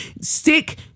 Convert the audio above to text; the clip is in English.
Stick